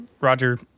Roger